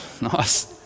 Nice